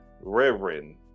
Reverend